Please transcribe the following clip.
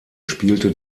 spielte